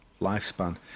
lifespan